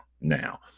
now